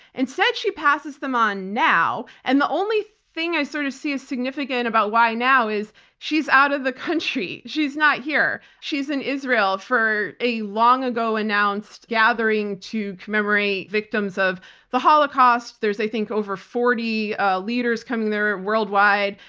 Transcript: instead she passes them on now. and the only thing i sort of see as significant about why now is she's out of the country. she's not here. she's in israel for a long-ago announced gathering to commemorate victims of the holocaust. there's i think over forty ah leaders coming there worldwide.